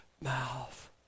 mouth